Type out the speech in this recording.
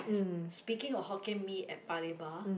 speaking of Hokkien Mee at Paya Lebar